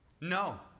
No